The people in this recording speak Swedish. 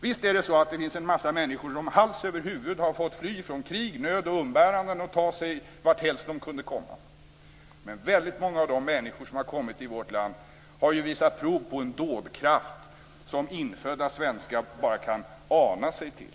Visst finns det en massa människor som hals över huvud har fått fly från krig, nöd och umbäranden och ta sig varthelst de kunde komma, men väldigt många av de människor som har kommit till vårt land har ju visat prov på en dådkraft som infödda svenskar bara kan ana sig till.